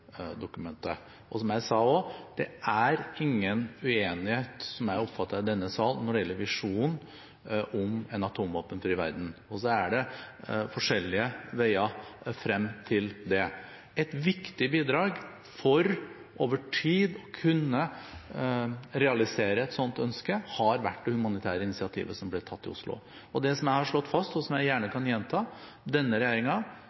dokumentet. Som jeg også sa: Det er ingen uenighet i denne salen, slik jeg oppfatter det, når det gjelder visjonen om en atomvåpenfri verden. Og så er det forskjellige veier frem til det. Et viktig bidrag for over tid å kunne realisere et sånt ønske, har vært det humanitære initiativet som ble tatt i Oslo. Det som jeg har slått fast, og som jeg gjerne kan gjenta, er at denne